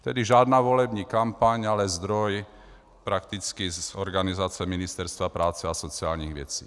Tedy žádná volební kampaň, ale zdroj prakticky z organizace Ministerstva práce a sociálních věcí.